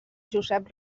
josep